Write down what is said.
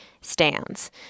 stands